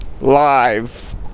live